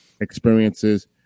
experiences